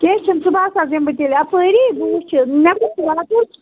کیٚنٛہہ چھُنہٕ صُبحَس حظ یِمہٕ بہٕ تیٚلہِ اَپٲری بہٕ وُچھٕ مےٚ کوٚت چھُ واتُن